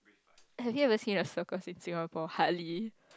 have you ever seen a circus in Singapore hardly